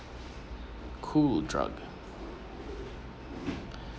cool drug